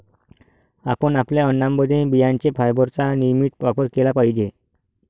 आपण आपल्या अन्नामध्ये बियांचे फायबरचा नियमित वापर केला पाहिजे